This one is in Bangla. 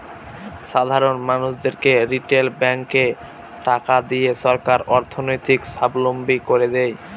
সাধারন মানুষদেরকে রিটেল ব্যাঙ্কে টাকা দিয়ে সরকার অর্থনৈতিক সাবলম্বী করে দেয়